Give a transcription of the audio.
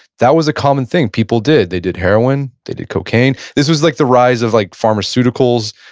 that was a common thing people did, they did heroin, they did cocaine. this was like the rise of like pharmaceuticals,